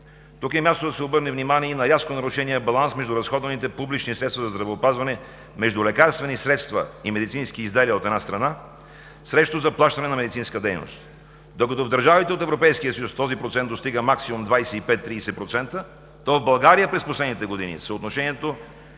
Тук е мястото да се обърне внимание и на ясно нарушения баланс между разходваните публични средства за здравеопазване, между лекарствени средства и медицински изделия, от една страна, срещу заплащане на медицинска дейност. Докато в държавите от Европейския съюз този процент достига максимум 25 – 30%, то в България през последните години съотношението